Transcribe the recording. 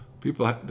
people